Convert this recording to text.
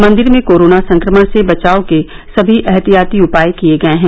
मंदिर में कोरोना संक्रमण से बचाव के सभी एहतियाती उपाय किए गए हैं